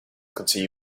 continue